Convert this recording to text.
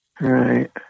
Right